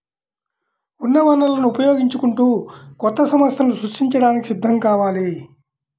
ఉన్న వనరులను ఉపయోగించుకుంటూ కొత్త సంస్థలను సృష్టించడానికి సిద్ధం కావాలి